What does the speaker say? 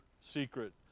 secret